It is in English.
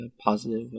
positive